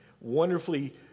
wonderfully